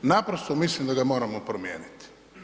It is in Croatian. Naprosto mislim da ga moramo promijeniti.